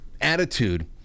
attitude